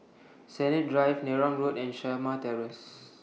Sennett Drive Neram Road and Shamah Terrace